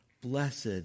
Blessed